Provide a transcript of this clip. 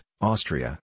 Austria